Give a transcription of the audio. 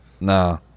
Nah